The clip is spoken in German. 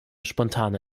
spontane